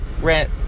rent